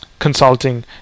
consulting